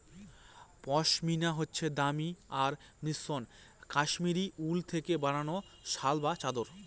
পশমিনা হচ্ছে দামি আর মসৃণ কাশ্মীরি উল থেকে বানানো শাল বা চাদর